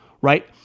Right